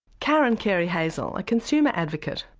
karen carey hazell a consumer advocate.